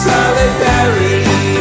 Solidarity